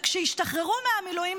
וכשישתחררו מהמילואים,